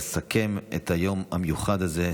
לסכם את היום המיוחד הזה,